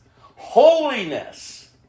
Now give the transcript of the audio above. holiness